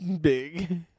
big